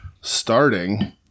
starting